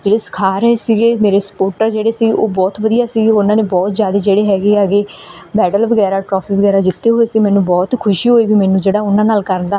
ਜਿਹੜੇ ਸਿਖਾ ਰਹੇ ਸੀਗੇ ਮੇਰੇ ਸਪੋਟਰ ਜਿਹੜੇ ਸੀ ਉਹ ਬਹੁਤ ਵਧੀਆ ਸੀ ਉਹਨਾਂ ਨੇ ਬਹੁਤ ਜ਼ਿਆਦਾ ਜਿਹੜੇ ਹੈਗੇ ਹੈਗੇ ਮੈਡਲ ਵਗੈਰਾ ਟ੍ਰੋਫੀ ਵਗੈਰਾ ਜਿੱਤੇ ਹੋਏ ਸੀ ਮੈਨੂੰ ਬਹੁਤ ਖੁਸ਼ੀ ਹੋਈ ਵੀ ਮੈਨੂੰ ਜਿਹੜਾ ਉਹਨਾਂ ਨਾਲ ਕਰਨ ਦਾ